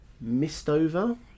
Mistover